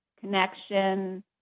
connection